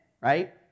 right